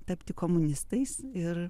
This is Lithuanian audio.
tapti komunistais ir